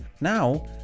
now